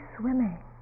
swimming